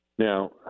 Now